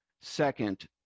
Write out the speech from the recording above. Second